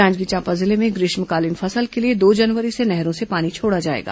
जांजगीर चांपा जिले में ग्रीष्मकालीन फसल के लिए दो जनवरी से नहरों से पानी छोड़ा जाएगा